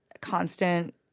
Constant